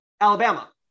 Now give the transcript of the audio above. Alabama